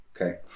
Okay